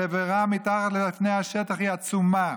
התבערה מתחת לפני השטח היא עצומה.